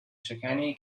شکنی